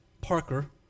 Parker